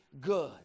good